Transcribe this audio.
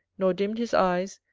nor dimmed his eyes,